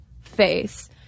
face